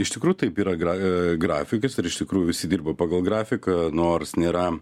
iš tikrųjų taip yra gra grafikas ir iš tikrųjų visi dirba pagal grafiką nors nėra